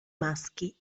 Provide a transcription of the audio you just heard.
maschi